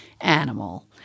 animal